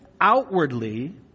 outwardly